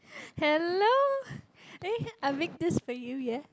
hello I baked this for you yeah